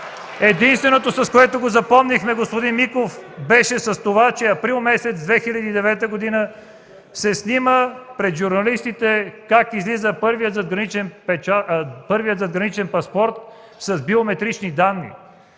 Единственото, с което запомнихме господин Миков беше с това, че през месец април 2009 г. се снима пред журналистите как излиза първият задграничен паспорт с биометрични данни,